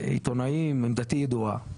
עיתונאים, עמדתי ידועה.